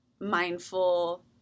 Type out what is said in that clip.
mindful